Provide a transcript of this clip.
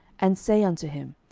and say unto him,